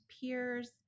peers